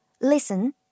Listen